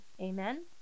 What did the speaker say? amen